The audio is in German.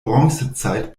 bronzezeit